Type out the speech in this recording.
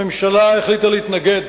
הממשלה החליטה להתנגד